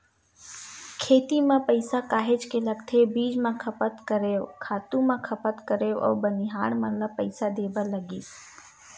खेती म पइसा काहेच के लगथे बीज म खपत करेंव, खातू म खपत करेंव अउ बनिहार मन ल पइसा देय बर लगिस